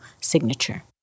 signature